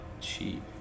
cheap